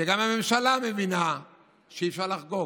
שגם הממשלה מבינה שאי-אפשר לחגוג.